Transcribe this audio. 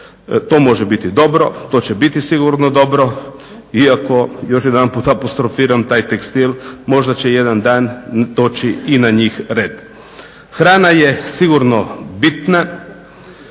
To može biti dobro, to će biti sigurno dobro iako još jedanput apostrofiram taj tekstil možda će jedan dan doći i na njih red. Hrana je sigurno bitna,